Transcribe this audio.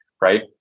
right